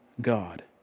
God